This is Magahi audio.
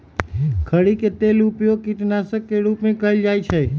खरी के तेल के उपयोग कीटनाशक के रूप में कएल जाइ छइ